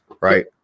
right